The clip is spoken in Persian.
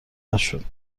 نشد